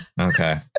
Okay